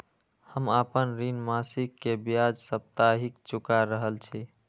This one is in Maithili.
हम आपन ऋण मासिक के ब्याज साप्ताहिक चुका रहल छी